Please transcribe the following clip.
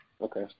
Okay